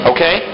Okay